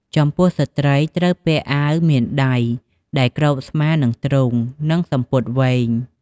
ចំពោះស្ត្រីត្រូវពាក់អាវមានដៃដែលគ្របស្មា និងទ្រូង និងសំពត់វែង។